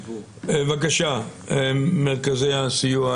בבקשה, איילת ממרכזי הסיוע.